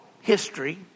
history